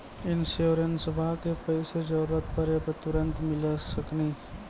इंश्योरेंसबा के पैसा जरूरत पड़े पे तुरंत मिल सकनी?